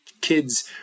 kids